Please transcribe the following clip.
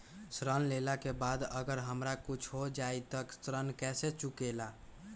ऋण लेला के बाद अगर हमरा कुछ हो जाइ त ऋण कैसे चुकेला?